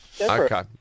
Okay